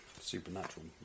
Supernatural